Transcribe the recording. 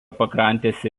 pakrantėse